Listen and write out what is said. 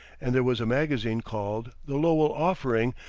and there was a magazine called the lowell offering,